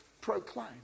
proclaim